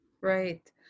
right